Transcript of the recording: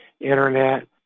Internet